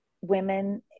women